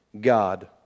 God